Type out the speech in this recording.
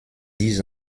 dix